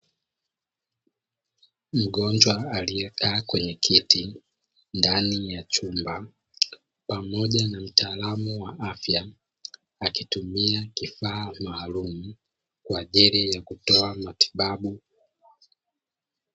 Mgonjwa aliyekaa kwenye kiti ndani ya chumba pamoja na mtaalau wa afya akitumia kifaa maalumu kwajili ya kutoa matibabu.